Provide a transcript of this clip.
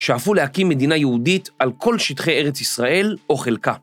שאפו להקים מדינה יהודית על כל שטחי ארץ ישראל או חלקה.